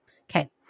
Okay